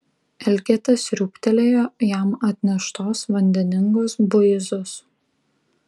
elgeta sriūbtelėjo jam atneštos vandeningos buizos